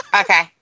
Okay